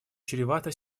чревата